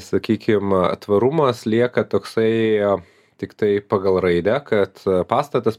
sakykim tvarumas lieka toksai a tiktai pagal raidę kad pastatas